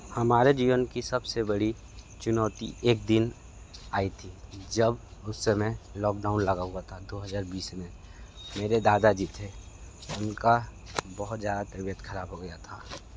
हमारे जीवन की सबसे बड़ी चुनौती एक दिन आई थी जब उस समय लॉक डाउन लगा हुआ था दो हज़ार बीस में मेरे दादा जी थे उनका बहुत ज़्यादा तबियत ख़राब हो गया था